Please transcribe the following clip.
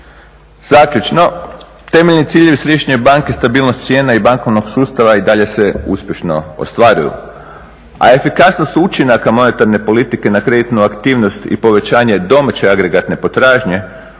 Zaključno, temeljni ciljevi Središnje banke, stabilnost cijena i bankovnog sustava i dalje se uspješno ostvaruju. A efikasnost učinaka monetarne politike na kreditnu aktivnost i povećanje domaće agregatne potražnje